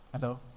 Hello